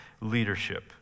leadership